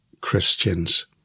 Christians